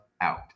out